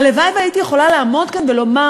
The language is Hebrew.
הלוואי שהייתי יכולה לעמוד כאן ולומר